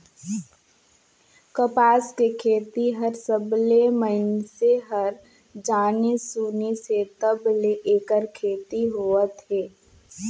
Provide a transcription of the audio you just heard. कपसा के खेती हर सबलें मइनसे हर जानिस सुनिस हे तब ले ऐखर खेती होवत हे